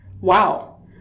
wow